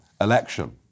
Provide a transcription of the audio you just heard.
election